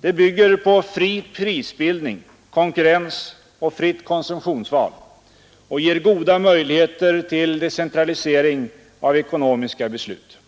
Det bygger på fri prisbildning, konkurrens och fritt konsumtionsval och ger goda möjligheter till decentralisering av ekonomiska beslut.